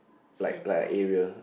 like like a area